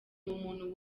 umuntu